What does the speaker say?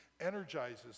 energizes